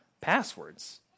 passwords